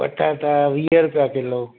पटाटा वीह रूपिया किलो